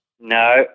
No